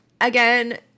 Again